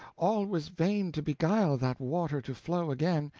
all was vain to beguile that water to flow again.